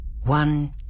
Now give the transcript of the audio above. One